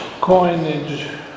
coinage